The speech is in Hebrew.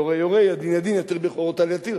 "יורה יורה, ידין ידין, יתיר בכורות יתיר".